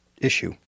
issue